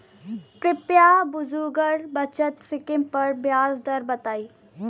कृपया बुजुर्ग बचत स्किम पर ब्याज दर बताई